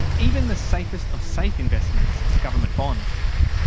even the safest of safe investments, government bonds.